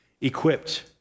equipped